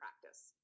practice